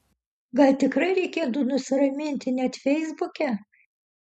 gal tikrai reikėtų nusiraminti net feisbuke